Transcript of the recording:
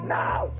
now